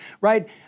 right